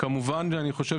כמובן שאני חושב